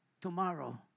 tomorrow